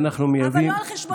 אבל לא על חשבון בעלי החיים.